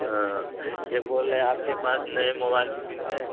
ہاں یہ بول رہے ہیں آپ کے پاس نئے موبائل بھی ملتے ہیں